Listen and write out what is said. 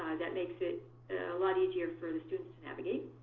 that makes it a lot easier for the students to navigate.